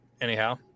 anyhow